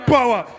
Power